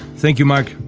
thank you mark.